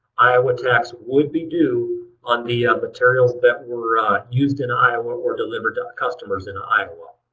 iowa tax would be due on the ah materials that were ah used in iowa or delivered to customers in iowa.